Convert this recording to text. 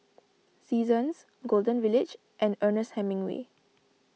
Seasons Golden Village and Ernest Hemingway